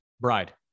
bride